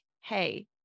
Hey